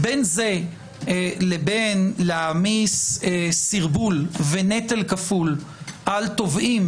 בין זה לבין להעמיס סרבול ונטל כפול על תובעים